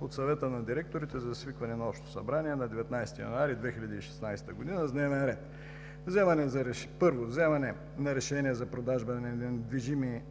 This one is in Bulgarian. от Съвета на директорите за свикване на общо събрание на 19 януари 2016 г. с дневен ред: първо, вземане на решение за продажба на